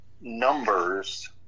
numbers